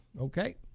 okay